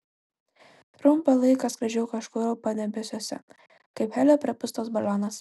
trumpą laiką skraidžiau kažkur padebesiuose kaip helio pripūstas balionas